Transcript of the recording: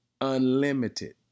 unlimited